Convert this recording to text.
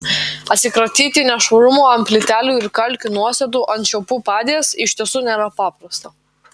atsikratyti nešvarumų ant plytelių ir kalkių nuosėdų ant čiaupų padės iš tiesų nėra paprasta